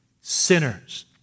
sinners